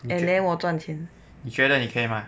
and then 我赚钱